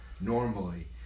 normally